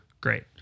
Great